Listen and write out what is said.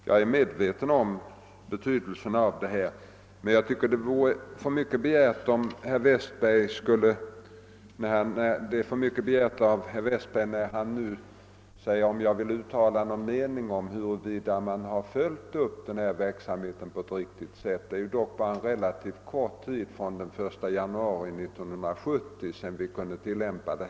Jag är medveten om betydelsen av dessa regler men det är för mycket begärt av herr Westberg i Ljusdal att kräva att jag skall uttala någon mening om huruvida denna verksamhet har följts upp på ett riktigt sätt. Det är dock relativt kort tid som har förflutit sedan den 1 januari 1970, då reglerna började tillämpas.